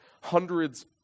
hundreds